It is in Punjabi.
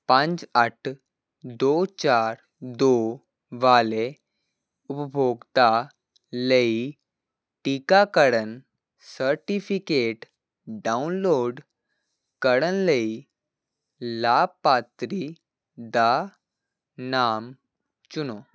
ਪੰਜ ਅੱਠ ਦੋ ਚਾਰ ਦੋ ਵਾਲੇ ਉਪਭੋਗਤਾ ਲਈ ਟੀਕਾਕੜਨ ਸਰਟੀਫਿਕੇਟ ਡਾਊਨਲੋਡ ਕਰਨ ਲਈ ਲਾਭਪਾਤਰੀ ਦਾ ਨਾਮ ਚੁਣੋ